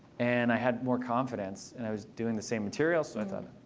and i had more confidence. and i was doing the same material, so i thought,